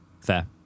fair